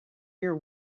your